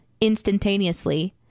instantaneously